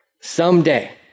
Someday